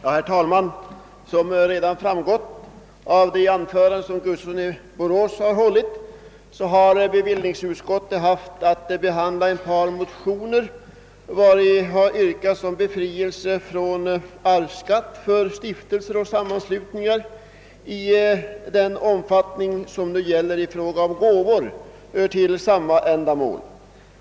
Herr talman! Som redan framgått av det anförande herr Gustafsson i Borås hållit har bevillningsutskottet haft att behandla ett par motioner vari yrkats befrielse från arvsskatt för testamentariska förordnanden till förmån för stiftelser och sammanslutningar i den utsträckning sådan befrielse nu gäller för gåvor till samma ändamål.